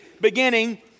beginning